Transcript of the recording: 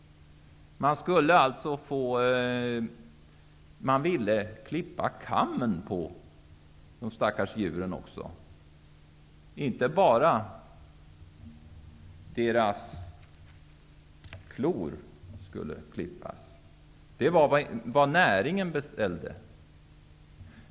Man ville klippa kammen på de stackars djuren och inte bara deras klor. Det var vad näringen beställde.